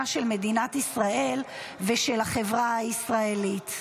של מדינת ישראל ושל החברה הישראלית.